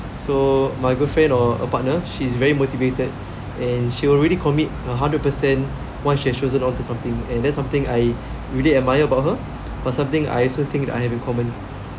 so my girlfriend or uh partner she's very motivated and she will really commit a hundred percent once she chosen onto something and that's something I really admire about her for something I also think I have in common